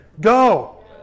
Go